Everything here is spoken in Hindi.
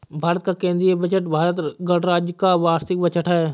भारत का केंद्रीय बजट भारत गणराज्य का वार्षिक बजट है